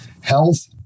Health